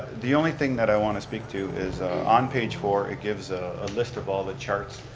the only thing that i want to speak to is on page four, it gives a list of all the charts,